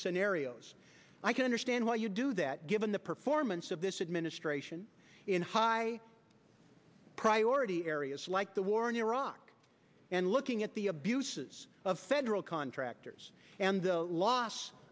scenarios i can understand why you do that given the performance of this administration in high priority areas like the war in iraq and looking at the abuses of federal contractors and the loss